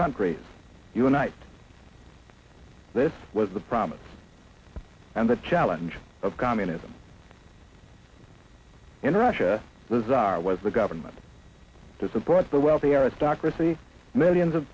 countries unite this was the promise and the challenge of communism in russia bizarre was the government does abroad the wealthy aristocracy millions of